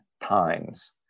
times